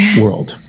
world